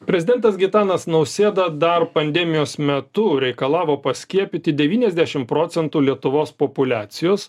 prezidentas gitanas nausėda dar pandemijos metu reikalavo paskiepyti devyniasdešimt procentų lietuvos populiacijos